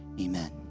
Amen